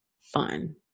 fun